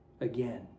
Again